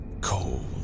Cold